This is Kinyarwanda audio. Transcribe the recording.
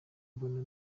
mbona